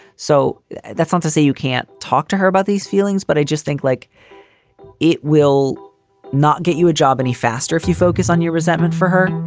so that's not to say you can't talk to her about these feelings, but i just think, like it will not get you a job any faster if you focus on your resentment for her.